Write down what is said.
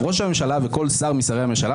"ראש הממשלה וכל שר משרי הממשלה,